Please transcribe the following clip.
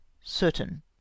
certain